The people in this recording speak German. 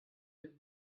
den